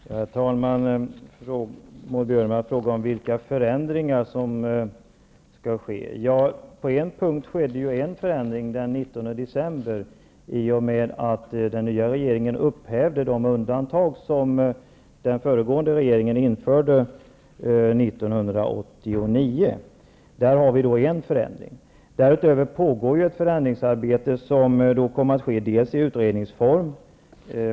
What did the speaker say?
Herr talman! Maud Björnemalm frågade vilka förändringar som kommer. På en punkt har det ju blivit en förändring den 19 december i och med att den nya regeringen upphävde de undantagsbestämmelser som den föregående regeringen införde 1989. Dessutom pågår det ju ett förändringsarbete som kommer att ske i utredningsform.